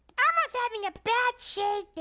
elmo's having a bad shade yeah